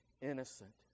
innocent